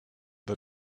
that